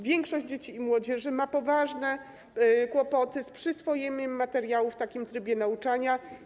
Większość dzieci i młodzieży ma poważne kłopoty z przyswojeniem materiału w takim trybie nauczania.